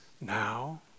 now